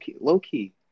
low-key